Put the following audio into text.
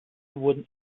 wurden